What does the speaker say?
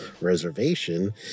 reservation